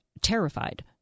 terrified